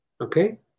Okay